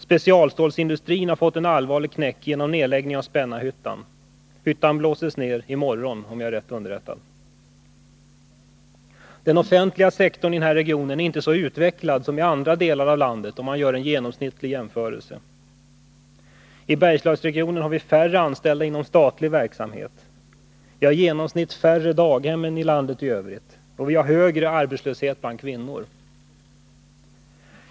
Specialstålsindustrin har fått en allvarlig knäck genom nedläggningen av Spännarhyttan. Hyttan blåses ned i morgon, om jag är rätt underrättad. Den offentliga sektorn i den här regionen är inte så utvecklad som i andra delar av landet, vilket framgår om man gör en genomsnittlig jämförelse. I Bergslagsregionen har vi färre anställda inom statlig verksamhet, vi har genomsnittligt färre daghem än i landet i övrigt och vi har en högre arbetslöshet bland kvinnor.